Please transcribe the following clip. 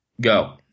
Go